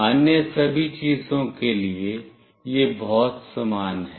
अन्य सभी चीजों के लिए यह बहुत समान है